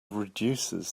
reduces